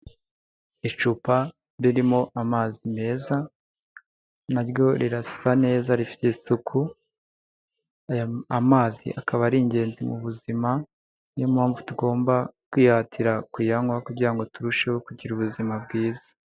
Icupa ririmo amazi meza, naryo rirasa neza rifite isuku, aya mazi akaba ari ingenzi mu buzima niyo mpamvu tugomba kwihatira kuyanywa kugira ngo turusheho kugira ubuzima bwiza.